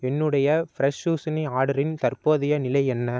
என்னுடைய ஃப்ரெஸ்ஸுசனி ஆர்டரின் தற்போதைய நிலை என்ன